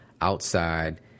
outside